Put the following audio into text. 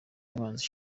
mwanzi